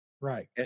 Right